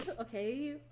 okay